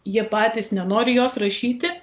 jie patys nenori jos rašyti